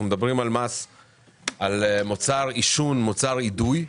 אנחנו מדברים על מוצר עישון, מוצר אידוי,